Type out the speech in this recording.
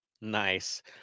Nice